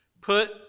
Put